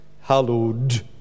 hallowed